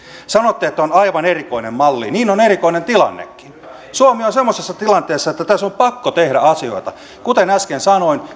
sanotte että tämä on aivan erikoinen malli niin on erikoinen tilannekin suomi on semmoisessa tilanteessa että tässä on pakko tehdä asioita kuten äsken sanoin